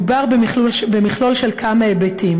מדובר במכלול של כמה היבטים,